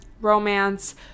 romance